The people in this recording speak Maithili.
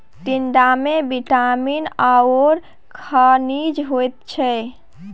टिंडामे विटामिन आओर खनिज होइत छै